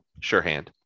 Surehand